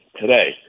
today